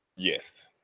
Yes